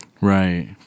Right